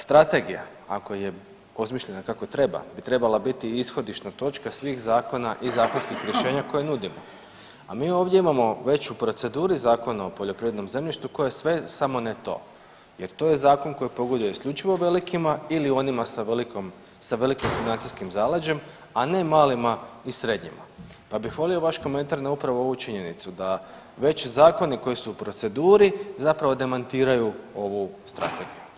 Strategija, ako je osmišljena kako treba bi trebala biti ishodišna točka svih zakona i zakonskih rješenja koja nudimo, a mi ovdje imamo već u proceduri Zakon o poljoprivrednom zemljištu koje je sve samo ne to jer to je zakon koji pogoduje isključivo velikima ili onima sa velikom financijskim zaleđem, a ne malima i srednjima pa bih volio vaš komentar upravo na upravo ovu činjenicu, da već zakoni koji su u proceduri zapravo demantiraju ovu Strategiju.